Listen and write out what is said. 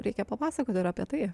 reikia papasakoti apie tai